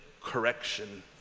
correction